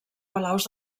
palaus